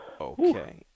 Okay